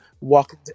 walk